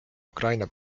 ukraina